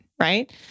Right